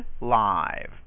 live